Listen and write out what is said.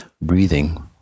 breathing